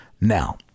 Now